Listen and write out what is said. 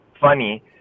funny